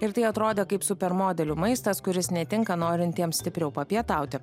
ir tai atrodė kaip super modelių maistas kuris netinka norintiems stipriau papietauti